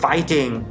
Fighting